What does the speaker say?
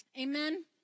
Amen